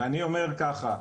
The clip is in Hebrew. אני אומר ככה,